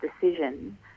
decision